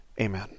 amen